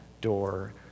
door